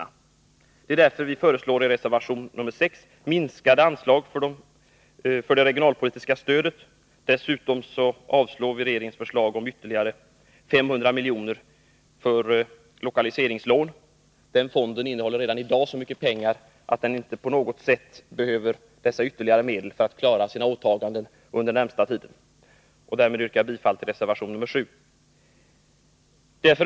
Vi föreslår därför i reservation 6 minskade anslag för det regionalpolitiska stödet. Dessutom avstyrker vi regeringens förslag om yttterligare 500 miljoner till lokaliseringslånefonden. Den fonden innehåller redan i dag så mycket pengar att den inte på något sätt behöver ytterligare medel för att klara sina åtaganden under den närmaste tiden. Därmed yrkar jag bifall till reservation 7. Detärf.